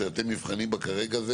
שאתם נבחנים בה כרגע,